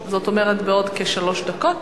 זאת אומרת בעוד כשלוש דקות,